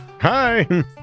Hi